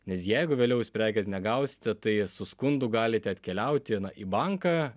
nes jeigu vėliau jūs prekės negausite tai su skundu galite atkeliauti į banką